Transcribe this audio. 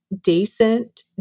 decent